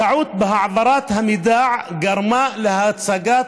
טעות בהעברת המידע גרמה להצגת